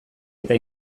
eta